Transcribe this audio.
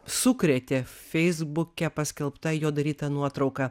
sukrėtė feisbuke paskelbta jo daryta nuotrauka